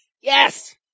Yes